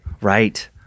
Right